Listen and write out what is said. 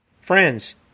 Friends